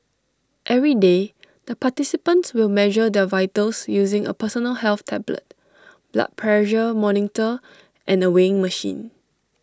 every day the participants will measure their vitals using A personal health tablet blood pressure monitor and A weighing machine